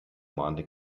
mahnte